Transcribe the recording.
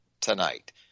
tonight